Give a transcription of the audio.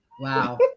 Wow